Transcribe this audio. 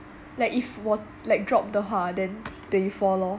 like if 我 like drop 的话 then twenty four lor